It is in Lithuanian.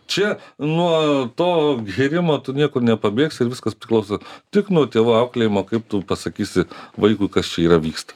čia nuo to gėrimo tu niekur nepabėgsi ir viskas priklauso tik nuo tėvų auklėjimo kaip tu pasakysi vaikui kas čia yra vyksta